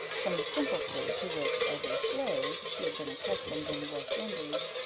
from the simple food to which, as a slave, she had been accustomed in the west indies,